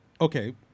Okay